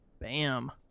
bam